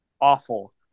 awful